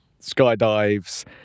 skydives